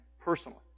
personally